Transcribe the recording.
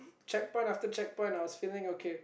checkpoint after checkpoint I was feeling okay